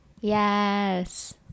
yes